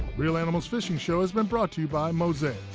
reel animals fishing show has been brought to you by mosaic.